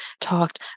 talked